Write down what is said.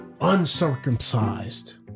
Uncircumcised